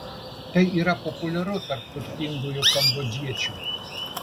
tai yra populiaru tarp turtingųjų kambodžiečiu